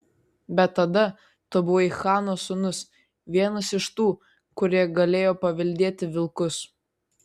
bet tada tu buvai chano sūnus vienas iš tų kurie galėjo paveldėti vilkus